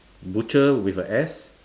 butcher with a S